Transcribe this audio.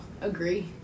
agree